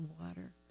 water